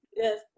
Yes